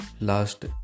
last